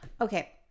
Okay